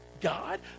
God